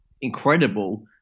incredible